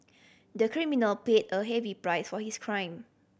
the criminal paid a heavy price for his crime